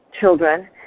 children